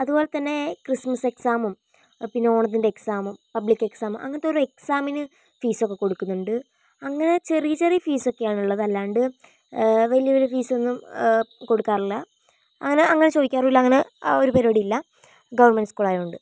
അതുപോലത്തന്നെ ക്രിസ്മസ് എക്സാമും പിന്നെ ഓണത്തിൻ്റെ എക്സാമും പബ്ലിക് എക്സാമ് അങ്ങനത്തെ ഓരോ എക്സാമിന് ഫീസൊക്കെ കൊടുക്കുന്നുണ്ട് അങ്ങിനെ ചെറിയ ചെറിയ ഫീസൊക്കെയാണുള്ളത് അല്ലാണ്ട് വലിയ വലിയ ഫീസൊന്നും കൊടുക്കാറില്ല അങ്ങനെ അങ്ങനെ ചോദിക്കാറില്ല അങ്ങനെ ആ ഒരു പരിപാടി ഇല്ല ഗവൺമെൻറ്റ് സ്കൂൾ ആയതുകൊണ്ട്